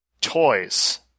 Toys